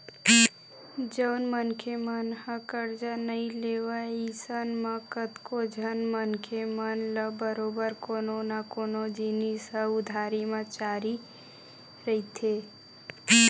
जउन मनखे मन ह करजा नइ लेवय अइसन म कतको झन मनखे मन ल बरोबर कोनो न कोनो जिनिस ह उधारी म चाही रहिथे